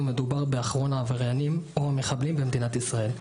מדובר באחרון העבריינים או מחבלים במדינת ישראל.